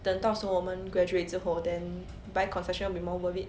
等到时候我们 graduate 之后 then buy concession will be more worth it